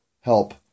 help